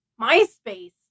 MySpace